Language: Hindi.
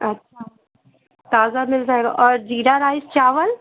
अच्छा ताज़ा मिल जाएगा और ज़ीरा राइस चावल